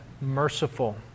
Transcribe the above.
merciful